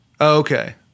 Okay